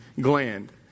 gland